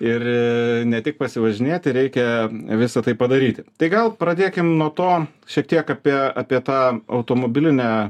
ir ne tik pasivažinėti reikia visą tai padaryti tai gal pradėkim nuo to šiek tiek apie apie tą automobilinę